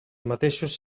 mateixos